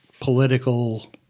political